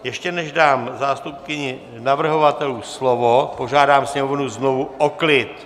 Ještě než dám zástupkyni navrhovatelů slovo, požádám sněmovnu znovu o klid.